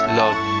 love